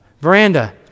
Veranda